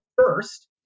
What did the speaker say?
first